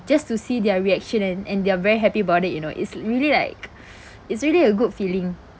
just to see their reaction and and they're very happy about it you know it's really like it's really a good feeling